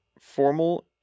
formal